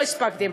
לא הספקתם.